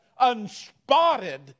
unspotted